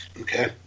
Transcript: Okay